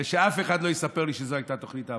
שאף אחד לא יספר לי שזאת הייתה תוכנית העבודה.